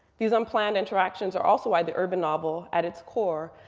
these unplanned interactions are also why the urban novel, at its core,